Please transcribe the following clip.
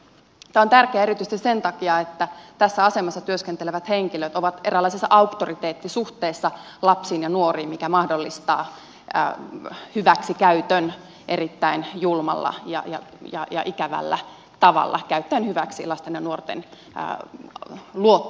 tämä on tärkeää erityisesti sen takia että tässä asemassa työskentelevät henkilöt ovat eräänlaisessa auktoriteettisuhteessa lapsiin ja nuoriin mikä mahdollistaa hyväksikäytön erittäin julmalla ja ikävällä tavalla käyttäen hyväksi lasten ja nuorten luottamussuhdetta